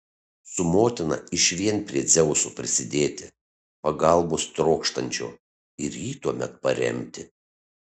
su motina išvien prie dzeuso prisidėti pagalbos trokštančio ir jį tuomet paremti